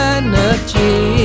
energy